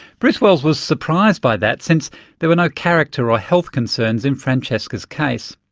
bruce wells was surprised by that, since there were no character or health concerns in francesca's case,